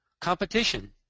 Competition